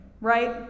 right